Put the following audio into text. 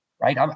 right